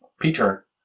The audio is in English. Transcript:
Peter